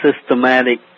systematic